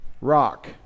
rock